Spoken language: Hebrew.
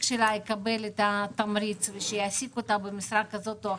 שלה יקבל את התמריץ ויעסיק אותה במשרה כזאת או אחרת.